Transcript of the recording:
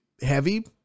heavy